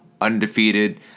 undefeated